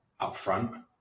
upfront